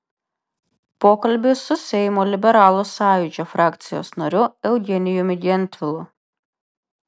pokalbis su seimo liberalų sąjūdžio frakcijos nariu eugenijumi gentvilu